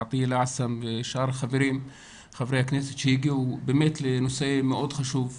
עטיה אלאעסם ושאר חברי הכנסת שהגיעו באמת לנושא מאוד חשוב.